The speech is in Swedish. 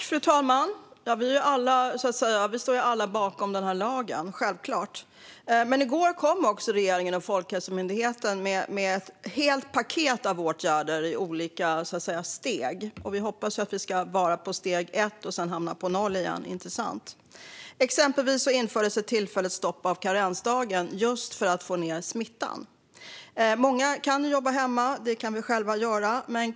Fru talman! Självklart står vi alla bakom den här lagen. I går kom också regeringen och Folkhälsomyndigheten med ett helt paket av åtgärder i olika steg. Vi hoppas att vi ska vara på steg 1 och sedan hamna på 0 igen - inte sant? Exempelvis infördes ett tillfälligt stopp av karensdagen just för att få ned smittan. Många kan jobba hemma - vi själva, till exempel.